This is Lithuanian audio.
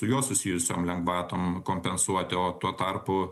su juo susijusiam lengvatom kompensuoti o tuo tarpu